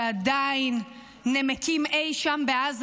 שעדיין נמקים אי שם בעזה,